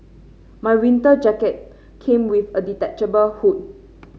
my winter jacket came with a detachable hood